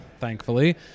thankfully